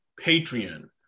Patreon